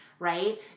Right